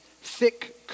thick